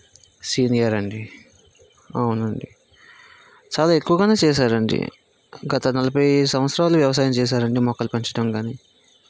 senior అండి అవునండి చాలా ఎక్కువగానే చేశారండీ గత నలభై సంవత్సరాలు వ్యవసాయం చేశారండి మొక్కలు పెంచటం కానీ